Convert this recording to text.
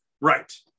right